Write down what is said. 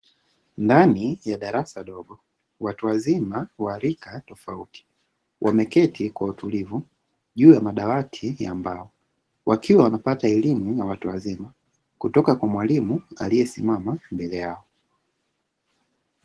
Ndani ya darasa dogo, watu wazima wa rika tofauti wameketi kwa utulivu juu ya madawati ya mbao; wakiwa wanapata elimu ya watu wazima kutoka kwa mwalimu aliyesimama mbele yao.